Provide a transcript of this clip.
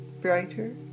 brighter